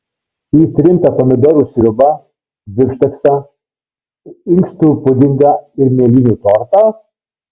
į trintą pomidorų sriubą bifšteksą inkstų pudingą ir mėlynių tortą